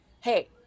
hey